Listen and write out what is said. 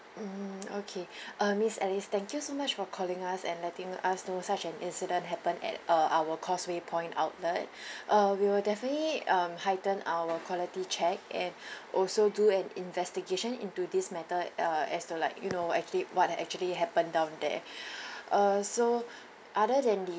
mm okay uh miss alice thank you so much for calling us and letting us know such an incident happened at uh our causeway point outlet uh we will definitely um heighten our quality check and also do an investigation into this matter uh as to like you know actually what actually happened down there uh so other than the